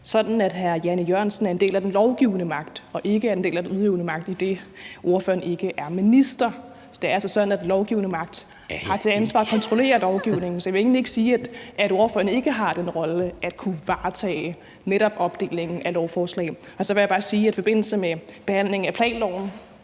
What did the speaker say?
sådan, at hr. Jan E. Jørgensen er en del af den lovgivende magt og ikke en del af den udøvende magt, idet ordføreren ikke er minister. Det er altså sådan, at den lovgivende magt har til opgave at kontrollere lovgivningen, så jeg vil egentlig ikke sige, at ordføreren ikke har den rolle at kunne varetage netop opdelingen af lovforslag. Så vil jeg bare sige, at i forbindelse med behandlingen af forslaget